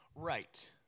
right